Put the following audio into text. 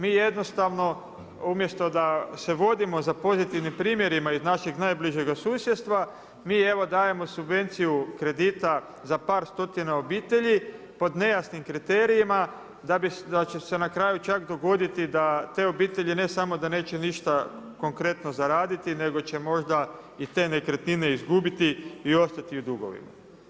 Mi jednostavno umjesto da se vodimo za pozitivnim primjerima iz našeg najbližega susjedstva, mi evo dajemo subvenciju kredita za par stotina obitelji pod nejasnim kriterijima da će se na kraju čak dogoditi da te obitelji ne samo da neće ništa konkretno zaraditi, nego će možda i te nekretnine izgubiti i ostati u dugovima.